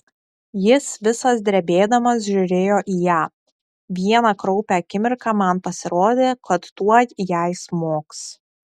jis visas drebėdamas žiūrėjo į ją vieną kraupią akimirką man pasirodė kad tuoj jai smogs